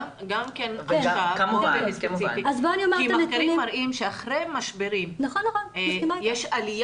גם כן עכשיו באופן ספציפי כי מחקרים מראים שאחרי משברים יש עליה